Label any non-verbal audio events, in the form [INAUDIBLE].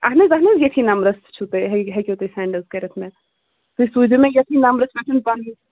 آہن حظ اَہن حظ ییٚتھی نمبرَس چھُو تۄہہِ [UNINTELLIGIBLE] ہٮ۪کیو تُہۍ سٮ۪نٛڈ حظ کٔرِتھ مےٚ تُہۍ سوٗزیو مےٚ ییٚتھی نمبرَس پٮ۪ٹھ [UNINTELLIGIBLE]